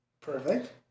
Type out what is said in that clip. Perfect